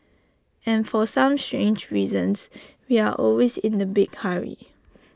and for some strange reasons we are always in A big hurry